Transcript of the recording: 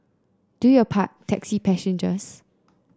do your part taxi passengers